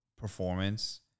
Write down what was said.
performance